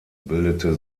bildete